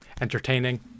entertaining